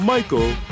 Michael